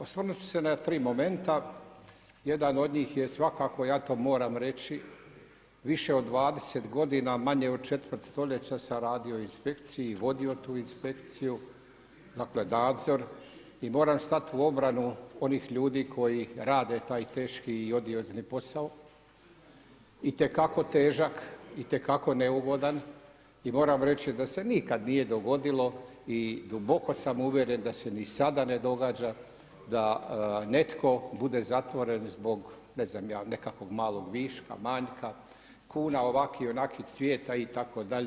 Osvrnut ću se na tri momenta, jedan od njih je svakako ja to moram reći, više od 20 godina manje od četvrt stoljeća sam radio u inspekciji, vodio tu inspekciju, dakle nadzor i moram stat u obranu onih ljudi koji rade taj teški i ... itekako težak, itekako neugodan i moram reći da se nikad nije dogodilo i duboko sam uvjeren da se ni sada ne događa da netko bude zatvoren zbog nekakvog malog viška, manjka, kuna, ovakvog onakvog cvijeta itd.